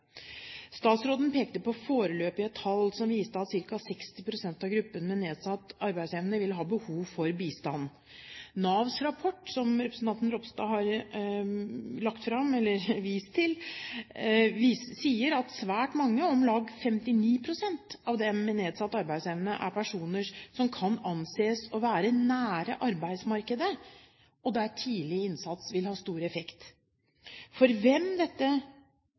Statsråden pekte på foreløpige tall som viste at ca. 60 pst. i gruppen med nedsatt arbeidsevne vil ha behov for bistand. Navs rapport, som representanten Ropstad har vist til, sier at svært mange, om lag 59 pst. av dem med nedsatt arbeidsevne, er personer som kan anses å være nær arbeidsmarkedet, og der tidlig innsats vil ha stor effekt. Å ha kunnskap om hvilke tiltak som virker, for hvem,